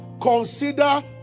consider